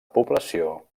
població